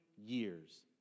years